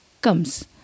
comes